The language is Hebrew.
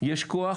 יש כוח,